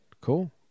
Cool